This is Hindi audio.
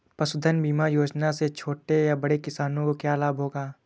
पशुधन बीमा योजना से छोटे या बड़े किसानों को क्या लाभ होगा?